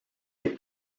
est